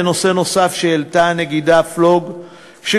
לנושא נוסף שהעלתה הנגידה פלוג בדבריה,